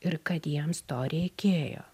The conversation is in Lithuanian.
ir kad jiems to reikėjo